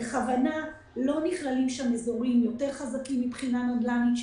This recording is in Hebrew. בכוונה לא נכללים שם אזורים יותר חזקים מבחינה נדל"נית,